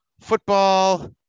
football